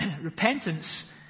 Repentance